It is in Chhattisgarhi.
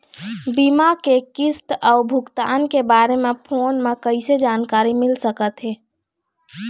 बीमा के किस्त अऊ भुगतान के बारे मे फोन म कइसे जानकारी मिल सकत हे?